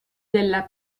della